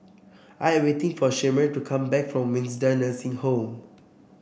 I am waiting for Shemar to come back from Windsor Nursing Home